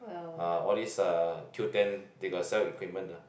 ah all this uh Q ten they got sell equipment ah